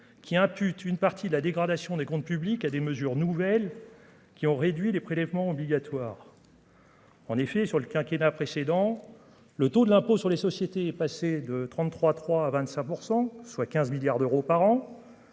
qui impute une partie de la dégradation des comptes publics à des mesures nouvelles qui ont réduit les prélèvements obligatoires. En effet, sur le quinquennat précédent, le taux de l'impôt sur les sociétés est passé de 33 3 à 25 %, soit 15 milliards d'euros par an